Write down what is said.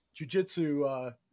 jujitsu